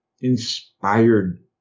inspired